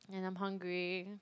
and I'm hungry